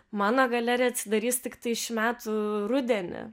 mano galerija atsidarys tiktai šių metų rudenį